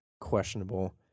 questionable